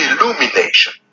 illumination